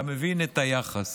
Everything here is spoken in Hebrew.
אתה מבין את היחס.